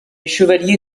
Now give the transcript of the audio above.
chevalier